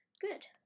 good